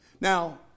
Now